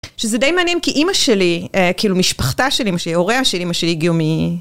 שזה די מעניין כי אימא שלי, כאילו משפחתה של אימא שלי, הוריה של אימא שלי היא גאומי.